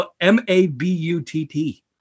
m-a-b-u-t-t